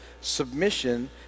submission